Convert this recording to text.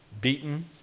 beaten